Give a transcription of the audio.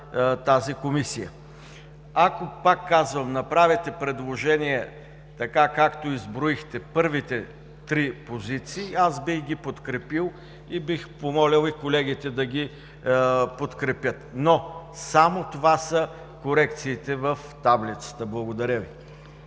тази комисия. Ако, пак казвам, направите предложение така както изброихте първите три позиции, аз бих ги подкрепил и бих помолил и колегите да ги подкрепят, но само това са корекциите в таблицата. Благодаря Ви.